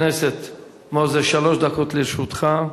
חבר הכנסת מוזס, שלוש דקות לרשותך.